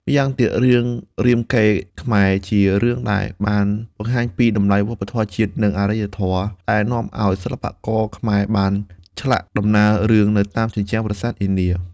ម៉្យាងទៀត រឿងរាមកេរ្តិ៍ខ្មែរជារឿងដែលបានបង្ហាញពីតម្លៃវប្បធម៌ជាតិ និងអរិយធម៌ ដែលនាំអោយសិល្បករខ្មែរបានធ្លាក់ដំណើររឿងនៅតាមជញ្ជាំងប្រាសាទនានា។